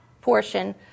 portion